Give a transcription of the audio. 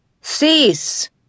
Cease